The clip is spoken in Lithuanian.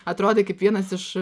atrodė kaip vienas iš